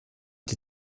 die